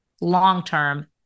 long-term